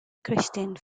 christine